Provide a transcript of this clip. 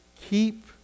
keep